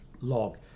log